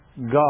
God